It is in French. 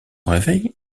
réveil